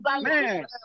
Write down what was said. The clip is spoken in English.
Man